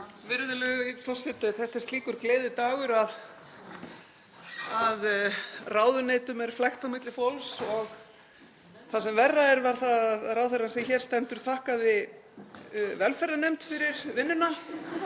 forseti. Þetta er slíkur gleðidagur að ráðuneytum er flækt á milli fólks og það sem er verra er það að ráðherrann sem hér stendur þakkaði velferðarnefnd fyrir vinnuna